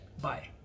Bye